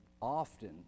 often